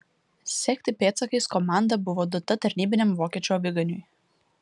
sekti pėdsakais komanda buvo duota tarnybiniam vokiečių aviganiui